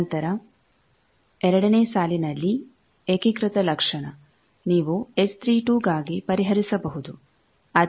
ನಂತರ ಎರಡನೇ ಸಾಲಿನಲ್ಲಿ ಏಕೀಕೃತ ಲಕ್ಷಣ ನೀವು S3 2 ಗಾಗಿ ಪರಿಹರಿಸಬಹುದು